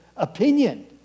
opinion